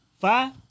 Five